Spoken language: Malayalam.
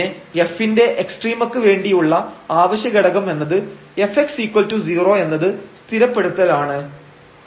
പിന്നെ F ന്റെ എക്സ്ട്രീമക്ക് വേണ്ടിയുള്ള അവശ്യഘടകം എന്നത് Fx0 എന്നത് സ്ഥിരപ്പെടുത്തൽ ആണ്